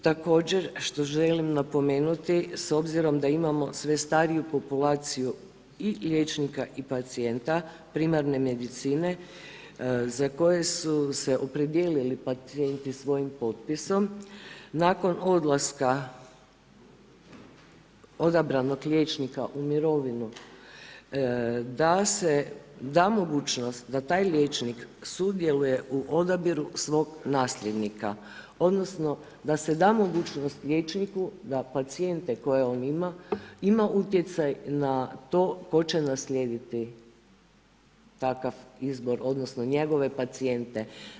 Također što želim napomenuti s obzirom da imamo sve stariju populaciju i liječnika i pacijenta primarne medicine za koje su se opredijelili pacijenti svojim potpisom, nakon odlaska odabranog liječnika u mirovinu da se, da mogućnost da taj liječnik sudjeluje u odabiru svog nasljednika, odnosno da se da mogućnost liječniku da pacijente koje on ima ima utjecaj na to tko će naslijediti takav izbor, odnosno njegove pacijente.